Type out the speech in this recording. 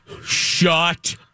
Shut